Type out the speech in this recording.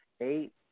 eight